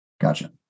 Gotcha